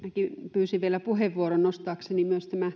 pyysin vielä puheenvuoron nostaakseni